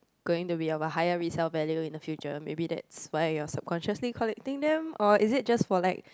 going to be of a higher resell value in the future maybe that's why you're subconsciously collecting them or is it just for like